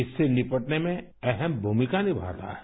इससे निपटने में अहम भूमिका निभाता है